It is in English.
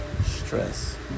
stress